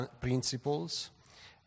principles